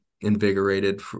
invigorated